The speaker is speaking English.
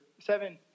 Seven